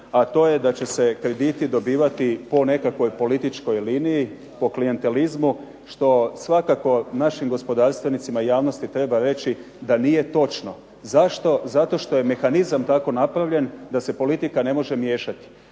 a to je da će se krediti dobivati po nekakvoj političkoj liniji, po klijentelizmu što svakako našim gospodarstvenicima i javnosti treba reći da nije točno. Zašto? Zato što je mehanizam tako napravljen da se politika ne može miješati.